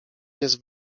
jest